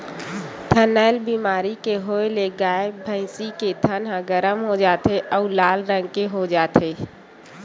थनैल बेमारी के होए ले गाय, भइसी के थन ह गरम हो जाथे अउ लाल रंग के हो जाथे